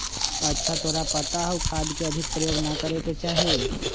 अच्छा तोरा पता हाउ खाद के अधिक प्रयोग ना करे के चाहि?